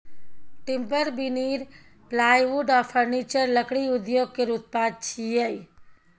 timber, veneer, plywood आ furniture लकड़ी उद्योग केर उत्पाद छियै